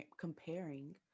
comparing